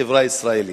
בחברה הישראלית.